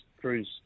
cruise